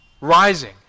rising